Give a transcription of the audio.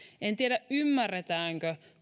en tiedä ymmärretäänkö